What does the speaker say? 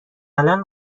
الان